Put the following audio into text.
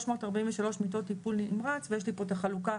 מאות ארבעים ושלוש מיטות טיפול נמרץ ויש לי פה את החלוקה